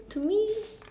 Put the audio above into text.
to me